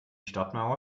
stadtmauer